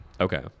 Okay